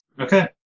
Okay